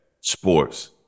sports